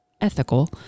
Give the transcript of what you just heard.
Ethical